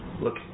look